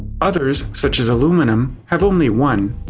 others, such as aluminum, have only one.